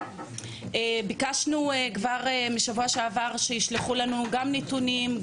ביקשנו כבר בשבוע שעבר שישלחו לנו גם נתונים,